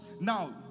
now